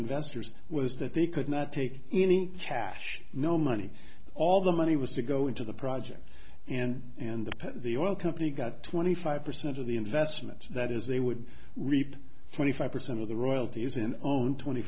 investors was that they could not take any cash no money all the money was to go into the project and and the pet the oil company got twenty five percent of the investment that is they would reap twenty five percent of the royalties and own twenty